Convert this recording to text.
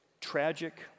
Tragic